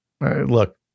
Look